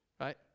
Right